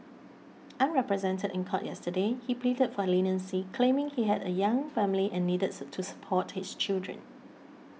unrepresented in court yesterday he pleaded for leniency claiming he had a young family and needed to support his children